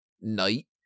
night